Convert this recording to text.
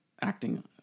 acting